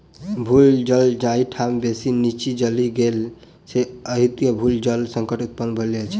भू जल जाहि ठाम बेसी नीचाँ चलि गेल छै, ओतय भू जल संकट उत्पन्न भ गेल छै